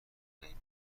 قیمت